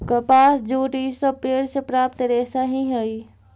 कपास, जूट इ सब पेड़ से प्राप्त रेशा ही हई